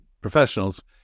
Professionals